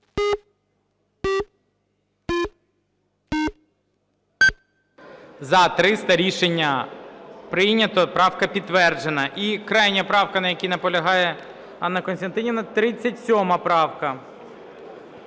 За-300 Рішення прийнято. Правка підтверджена. І крайня правка, на якій наполягає Анна Костянтинівна, 37 правка.